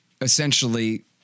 essentially